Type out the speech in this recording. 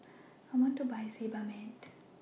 I want to Buy Sebamed